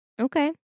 Okay